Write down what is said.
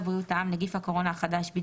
הוראת השעה בצו בריאות העם (נגיף הקורונה החדש)(בידוד